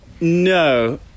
No